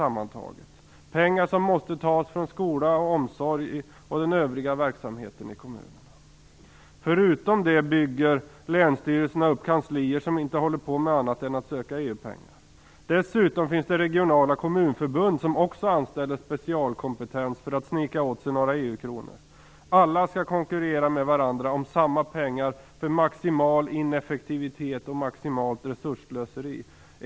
Det är pengar som måste tas från skola, från omsorg och från den övriga verksamheten i kommunerna. Förutom detta bygger länsstyrelserna upp kanslier som inte håller på med annat än att söka EU-pengar. Dessutom finns det regionala kommunförbund som anställer specialkompetens som skall snickra åt sig några EU kronor. Alla skall konkurrera med varandra om samma pengar för maximal ineffektivitet och maximalt resursslöseri.